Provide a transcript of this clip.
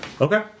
Okay